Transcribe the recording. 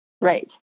Right